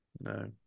No